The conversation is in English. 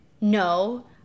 no